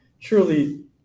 truly